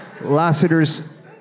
Lassiter's